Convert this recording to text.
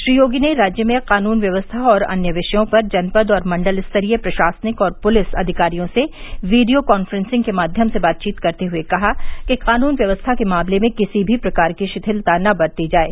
श्री योगी ने राज्य में कानून व्यवस्था और अन्य विषयों पर जनपद और मण्डल स्तरीय प्रशासनिक और पुलिस अधिकारियों से वीडियों कान्फ्रेंसिंग के माध्यम से बातचीत करते हुए कहा कि कानून व्यवस्था के मामले में किसी भी प्रकार की शिथिलता न बरती जाये